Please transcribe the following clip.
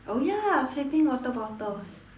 oh ya flipping water bottles